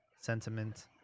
sentiment